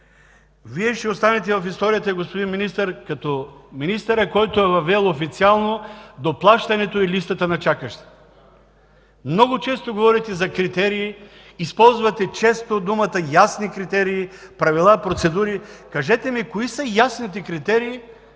Вие ще останете в историята, господин Министър, като министърът, който е въвел официално доплащането и листата на чакащите. Много често говорите за критерии, използвате често израза: „ясни критерии, правила, процедури”. Кажете ми кои са ясните критерии